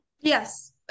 Yes